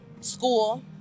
school